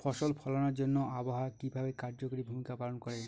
ফসল ফলানোর জন্য আবহাওয়া কিভাবে কার্যকরী ভূমিকা পালন করে?